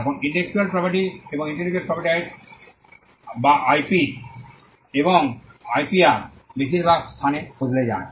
এখন intellectual property এবং intellectual property rights যা আইপি এবং আইপিআর বেশিরভাগ স্থানে বদলে যায়